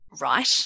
right